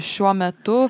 šiuo metu